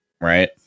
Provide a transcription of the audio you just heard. Right